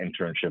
internship